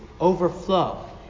overflow